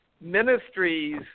ministries